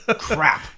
Crap